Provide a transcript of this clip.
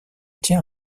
tient